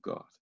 God